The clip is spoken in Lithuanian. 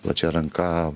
plačia ranka